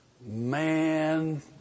Man